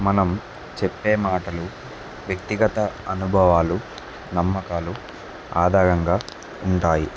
మనం చెప్పే మాటలు వ్యక్తిగత అనుభవాలు నమ్మకాలు ఆధారంగా ఉంటాయి